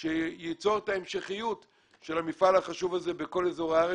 שייצור את ההמשכיות של המפעל החשוב הזה בכל אזורי הארץ,